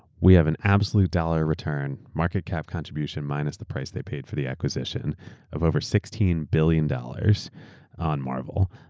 we have an absolute dollar return market cap contribution minus the price they paid for the acquisition of over sixteen billion dollars on marvel.